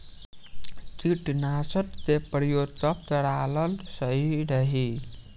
कीटनाशक के प्रयोग कब कराल सही रही?